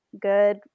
good